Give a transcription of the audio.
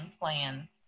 plan